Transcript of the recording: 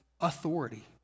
authority